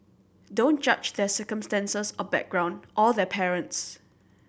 don't judge their circumstances or background or their parents